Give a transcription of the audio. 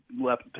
left